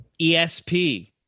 ESP